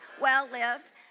well-lived